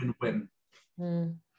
win-win